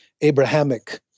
Abrahamic